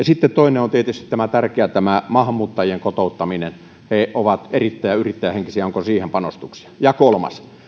sitten toinen on tietysti tämä tärkeä maahanmuuttajien kotouttaminen he ovat erittäin yrittäjähenkisiä onko siihen panostuksia ja kolmas